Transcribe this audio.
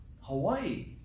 Hawaii